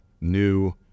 new